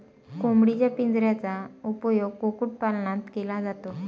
कोंबडीच्या पिंजऱ्याचा उपयोग कुक्कुटपालनात केला जातो